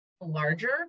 larger